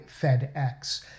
FedEx